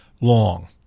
long